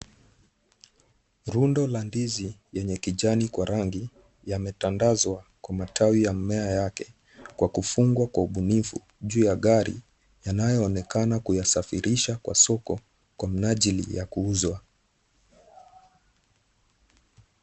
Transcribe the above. Rundo la ndizi yenye kijani kwa rangi yametandazwa kwa matawi ya mmea yake kwa kufungwa kwa ubunifu juu ya gari yanayoonekana kuyasafirisha kwa soko kwa minajili ya kuuzwa.